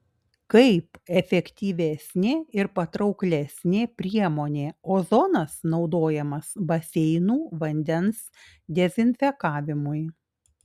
kaip efektyvesnė ir patrauklesnė priemonė ozonas naudojamas baseinų vandens dezinfekavimui